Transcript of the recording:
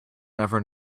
never